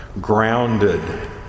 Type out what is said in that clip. grounded